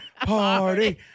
party